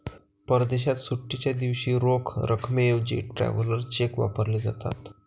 परदेशात सुट्टीच्या दिवशी रोख रकमेऐवजी ट्रॅव्हलर चेक वापरले जातात